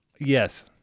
Yes